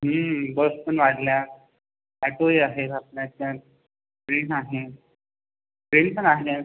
बस पन वाढल्या अॅटोही आहे आपल्या ह्याच्यात प्लेन आहे फेरी पन आल्यात